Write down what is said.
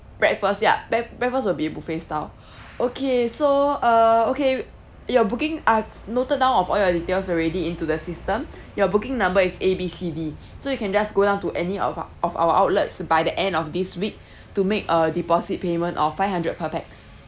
breakfast yeah break~ breakfast will be buffet style okay so uh okay your booking I've noted down of all your details already into the system your booking number is A B C D so you can just go down to any of our of our outlets by the end of this week to make a deposit payment of five hundred per pax